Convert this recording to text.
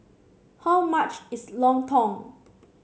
how much is lontong